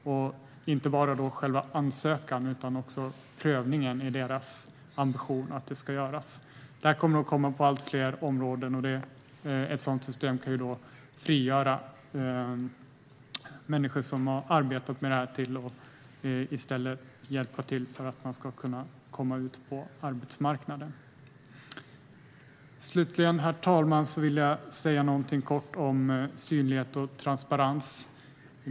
Ambitionen är att inte bara själva ansökan utan också prövningen ska automatiseras. Detta kommer på allt fler områden. Ett sådant system kan frigöra människor som har arbetat med detta så att de i stället kan hjälpa folk att komma ut på arbetsmarknaden. Slutligen vill jag säga något om synlighet och transparens.